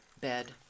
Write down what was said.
bed